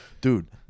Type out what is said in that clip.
Dude